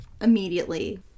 immediately